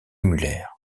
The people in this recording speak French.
muller